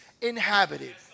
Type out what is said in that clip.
inhabited